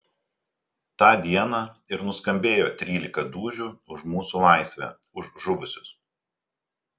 tą dieną ir nuskambėjo trylika dūžių už mūsų laisvę už žuvusius